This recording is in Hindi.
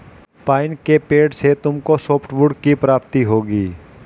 पाइन के पेड़ से तुमको सॉफ्टवुड की प्राप्ति होगी